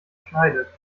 schneidet